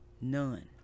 None